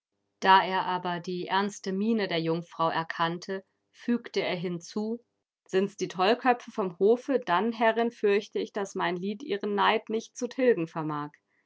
da er aber die ernste miene der jungfrau erkannte fügte er hinzu sind's die tollköpfe vom hofe dann herrin fürchte ich daß mein lied ihren neid nicht zu tilgen vermag